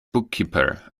bookkeeper